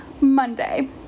Monday